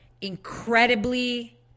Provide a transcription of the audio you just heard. incredibly